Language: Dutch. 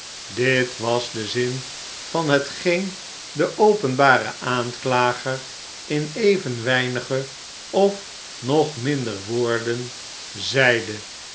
dit was de zin van hetgeen de openbare aanklager in even weinige of nog minder woorden zeide